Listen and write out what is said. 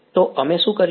તો અમે શું કર્યું